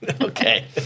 Okay